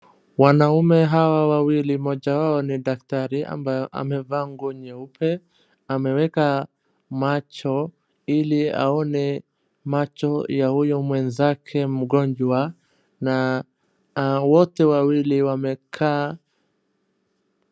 Wanaume hawa wawili mmoja wao ni daktari ambayo amevaa nguo nyeupe. Ameweka macho ili aone macho ya huyo mwenzake mgonjwa na wote wawili wamekaa.